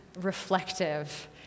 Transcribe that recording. reflective